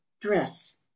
Dress